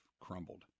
crumbled